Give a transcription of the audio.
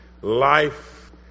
life